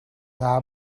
haar